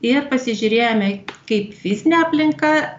ir pasižiūrėjome kaip fizinė aplinka